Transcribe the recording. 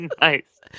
Nice